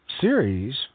series